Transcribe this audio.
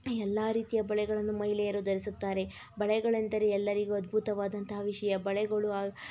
ಎಲ್ಲ ರೀತಿಯ ಬಳೆಗಳನ್ನು ಮಹಿಳೆಯರು ಧರಿಸುತ್ತಾರೆ ಬಳೆಗಳೆಂದರೆ ಎಲ್ಲರಿಗೂ ಅದ್ಭುತವಾದಂತಹ ವಿಷಯ ಬಳೆಗಳು